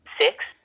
Six